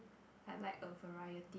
I like a variety